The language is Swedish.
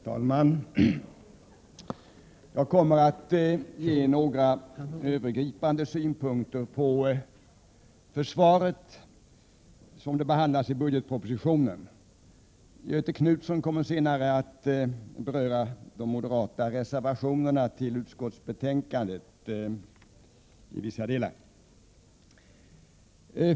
Herr talman! Jag kommer att ge några övergripande synpunkter på försvaret som det behandlas i budgetpropositionen. Göthe Knutson kommer senare att beröra de moderata reservationerna till utskottsbetänkandet i vissa delar.